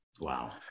Wow